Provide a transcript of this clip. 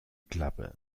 klappe